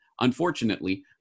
unfortunately